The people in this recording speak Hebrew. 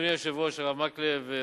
אדוני היושב-ראש הרב מקלב,